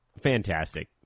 Fantastic